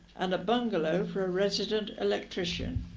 and a bungalow for a resident electrician